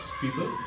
people